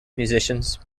musicians